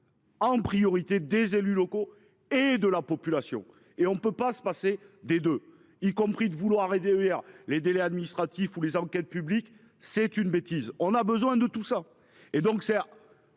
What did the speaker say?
En priorité, des élus locaux et de la population et on ne peut pas se passer des deux, y compris de vouloir réduire les délais administratifs ou les enquêtes publiques c'est une bêtise. On a besoin de tout ça